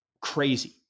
Crazy